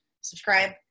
Subscribe